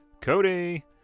Cody